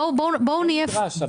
אין נדרש.